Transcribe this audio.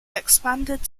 expanded